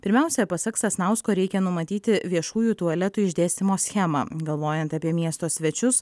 pirmiausia pasak sasnausko reikia numatyti viešųjų tualetų išdėstymo schemą galvojant apie miesto svečius